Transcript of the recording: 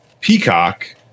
Peacock